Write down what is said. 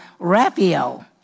rapio